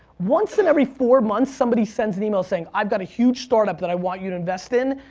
once in every four months somebody sends an email saying, i've got a huge start-up that i want you to invest in,